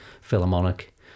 Philharmonic